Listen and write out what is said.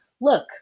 look